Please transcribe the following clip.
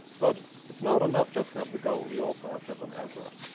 but it's not enough just have the goal. you also have to have an outlet.